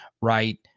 right